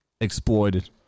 exploited